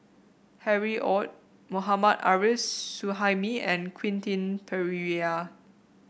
Harry Ord Mohammad Arif Suhaimi and Quentin Pereira